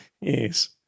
Yes